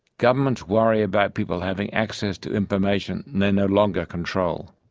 governments worry about people having access to information they no longer control.